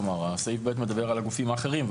כלומר, סעיף (ב) מדבר על הגופים האחרים.